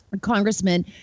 Congressman